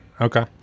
okay